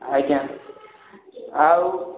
ଆଜ୍ଞା ଆଉ